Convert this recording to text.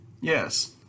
Yes